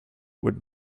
would